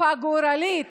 תקופה גורלית